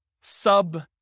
sub